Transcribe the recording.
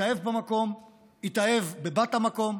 התאהב במקום, התאהב בבת המקום,